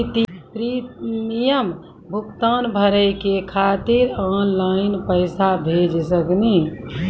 Premium भुगतान भरे के खातिर ऑनलाइन पैसा भेज सकनी?